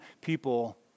people